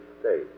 state